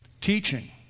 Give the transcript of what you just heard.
Teaching